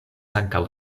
ankaŭ